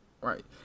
right